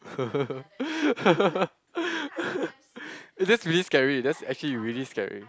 eh that's really scary that's actually really scary